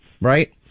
right